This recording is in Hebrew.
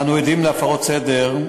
אנו עדים להפרות סדר,